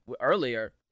earlier